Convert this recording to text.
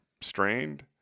Strained